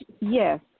Yes